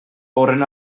horren